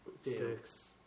six